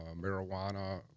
marijuana